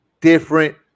different